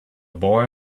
boy